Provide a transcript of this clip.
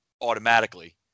automatically